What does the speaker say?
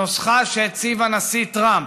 הנוסחה שהציב הנשיא טראמפ,